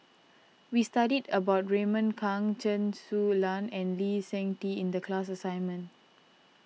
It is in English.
we studied about Raymond Kang Chen Su Lan and Lee Seng Tee in the class assignment